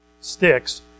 sticks